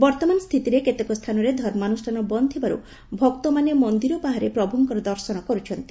ବର୍ତ୍ଉମାନ ସ୍ଥିତିରେ କେତେକ ସ୍ତାନରେ ଧର୍ମାନୁଷ୍ଠାନ ବନ୍ଦ ଥିବାରୁ ଭକ୍ତମାନେ ମନିର ବାହାରେ ପ୍ରଭୁଙ୍କର ଦର୍ଶନ କରୁଛନ୍ତି